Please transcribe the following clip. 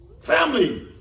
Family